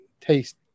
taste